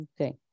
Okay